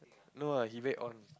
no ah he very on